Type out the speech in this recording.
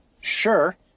sure